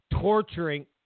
torturing